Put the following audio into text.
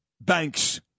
banks